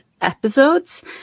episodes